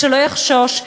שלא יחשוש,